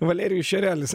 valerijus šerelis